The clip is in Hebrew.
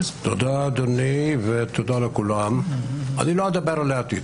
תודה, אדוני ותודה לכולם, אני לא אדבר על העתיד.